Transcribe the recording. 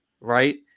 right